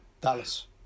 Dallas